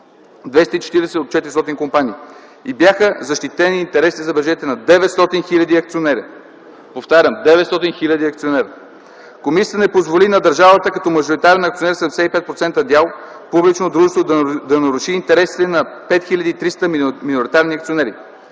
240 от 400 компании, и бяха защитени интересите, забележете, на 900 хил. акционери! Повтарям – 900 хил. акционери! Комисията не позволи на държавата като мажоритарен акционер (75% дял в публично дружество) да наруши интересите на 5300 миноритарни акционери.